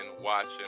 watching